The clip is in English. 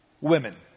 women